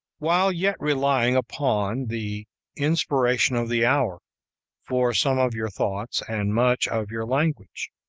while yet relying upon the inspiration of the hour for some of your thoughts and much of your language.